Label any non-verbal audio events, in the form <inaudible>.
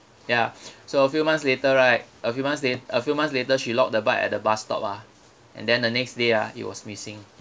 ya <breath> so a few months later right a few months la~ a few months later she lock the bike at a bus stop ah and then the next day ah it was missing